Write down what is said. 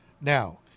now